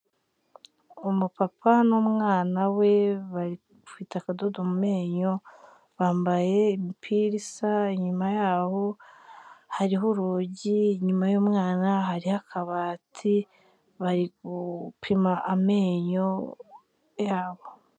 Umupapa n'umwana we bafite akadodo mu menyo, bambaye imipira isa, inyuma yaho hariho urugi, inyuma y'umwana hariho akabati, bari gupima amenyo yabo.